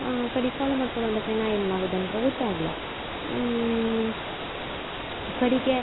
ಕಡಿಗೆ ಫಾಲೋ ಮಾಡ್ಕೊ ಬಂದಕ್ನೆ ನಾ ಏನು ಮಾಡುದು ಅನ್ಕೊ ಗೊತ್ತಾಗ್ಲ ಕಡೆಗೆ